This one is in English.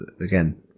again